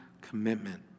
commitment